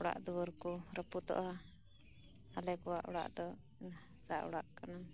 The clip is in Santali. ᱚᱲᱟᱜ ᱫᱩᱭᱟᱹᱨ ᱠᱚ ᱨᱟᱹᱯᱩᱫᱚᱜᱼᱟ ᱟᱞᱮ ᱠᱚᱣᱟᱜ ᱚᱲᱟᱜ ᱫᱚ ᱦᱟᱥᱟ ᱚᱲᱟᱜ ᱠᱟᱱᱟ